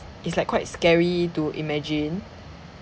it's like quite scary to imagine